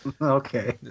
Okay